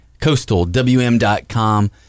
coastalwm.com